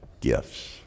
gifts